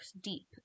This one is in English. deep